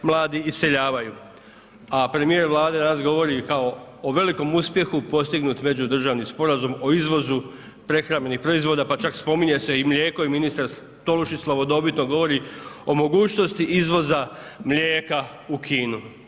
Mladi iseljavaju, a premijer Vlade danas govori kao o velikom uspjehu postignut međudržavni sporazum o izvozu prehrambenih proizvoda, pa čak spominje se i mlijeko i ministar Tolušić slavodobitno govori o mogućnosti izvoza mlijeka u Kinu.